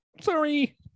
Sorry